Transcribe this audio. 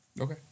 Okay